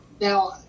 now